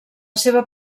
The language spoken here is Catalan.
seva